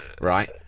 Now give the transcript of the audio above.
right